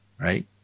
right